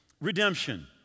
redemption